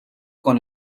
con